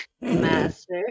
Master